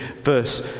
verse